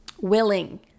willing